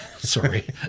Sorry